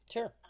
Sure